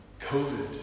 covid